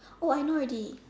oh I know already